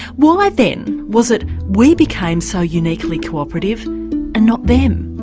why then was it we became so uniquely co-operative and not them?